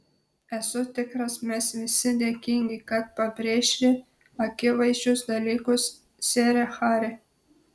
esu tikras mes visi dėkingi kad pabrėži akivaizdžius dalykus sere hari